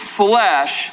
flesh